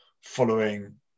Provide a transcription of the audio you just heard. following